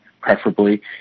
preferably